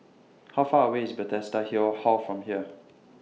How Far away IS Bethesda Hill Hall from here